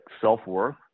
self-worth